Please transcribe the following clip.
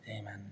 Amen